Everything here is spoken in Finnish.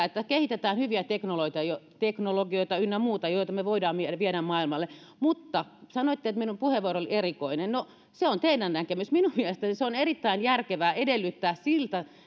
että kehitetään hyviä teknologioita ynnä muuta joita voidaan viedä maailmalle mutta sanoitte että minun puheenvuoroni oli erikoinen no se on teidän näkemyksenne minun mielestäni on erittäin järkevää edellyttää siltä